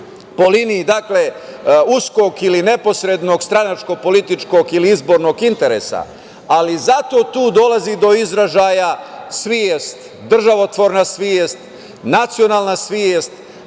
po liniji uskog ili neposrednog stranačko-političkog ili izbornog interesa, ali zato tu dolazi do izražaja državotvorna svest, nacionalna svest,